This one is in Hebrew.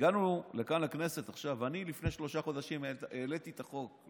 לפני שלושה חודשים העליתי את החוק.